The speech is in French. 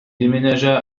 déménagea